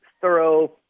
thorough